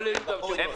כולל יהודה ושומרון.